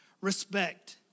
respect